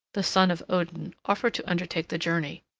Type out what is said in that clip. the son of odin, offered to undertake the journey.